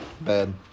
Bad